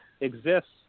exists